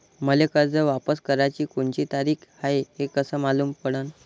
मले कर्ज वापस कराची कोनची तारीख हाय हे कस मालूम पडनं?